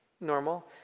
normal